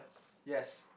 yes